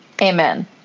amen